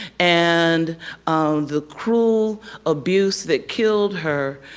and the cruel abuse that killed her,